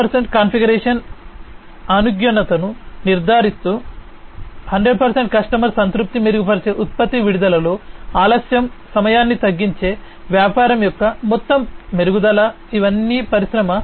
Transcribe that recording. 100 configuration అనుగుణ్యతను నిర్ధారిస్తూ 100 customer సంతృప్తిని మెరుగుపరిచే ఉత్పత్తి విడుదలలో ఆలస్యం సమయాన్ని తగ్గించే వ్యాపారం యొక్క మొత్తం మెరుగుదల ఇవన్నీ పరిశ్రమ 4